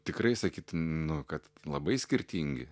tikrai sakytų nu kad labai skirtingi